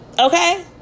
Okay